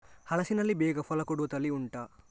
ಹಲಸಿನಲ್ಲಿ ಬೇಗ ಫಲ ಕೊಡುವ ತಳಿ ಉಂಟಾ